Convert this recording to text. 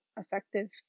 effective